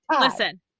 listen